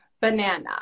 banana